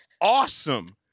awesome